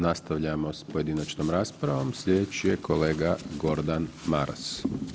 Nastavljamo s pojedinačnom raspravom, sljedeći je kolega Gordan Maras.